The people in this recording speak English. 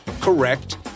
correct